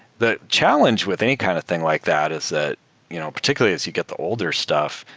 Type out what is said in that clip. the challenge with any kind of thing like that is that you know particularly as you get the older stuff,